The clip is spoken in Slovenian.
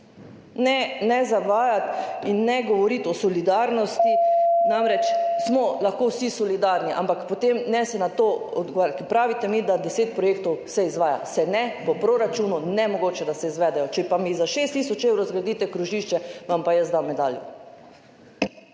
ne zavajati in ne govoriti o solidarnosti. Namreč, smo lahko vsi solidarni, ampak potem ne se na to izgovarjati, pravite mi, da se deset projektov izvaja. Se ne. Po proračunu nemogoče, da se izvedejo. Če pa mi za 6 tisoč evrov zgradite krožišče, vam pa jaz dam medaljo.